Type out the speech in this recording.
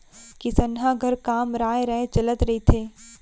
किसनहा घर काम राँय राँय चलत रहिथे